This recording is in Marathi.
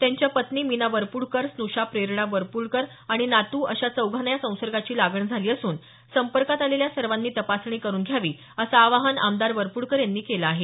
त्यांच्या पत्नी मीना वरपुडकर स्नुषा प्रेरणा वरपुडकर आणि नातू अशा चौघांना संसर्ग झाला असून संपर्कात आलेल्या सर्वांनी तपासणी करुन घ्यावी असं अवाहन आमदार वरपूडकर यांनी केलं आहे